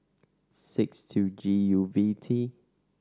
six two G U V T